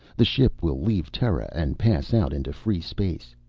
the ship will leave terra and pass out into free space.